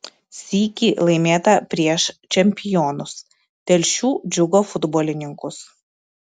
sykį laimėta prieš čempionus telšių džiugo futbolininkus